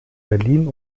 berlin